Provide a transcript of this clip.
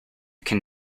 can